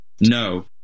No